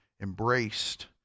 embraced